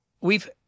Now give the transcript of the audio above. We've-